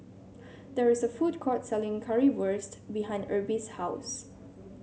there is a food court selling Currywurst behind Erby's house